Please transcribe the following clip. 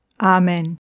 Amen